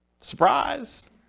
Surprise